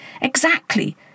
Exactly